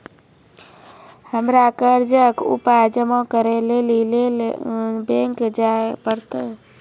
हमरा कर्जक पाय जमा करै लेली लेल बैंक जाए परतै?